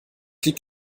liegt